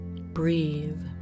Breathe